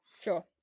Sure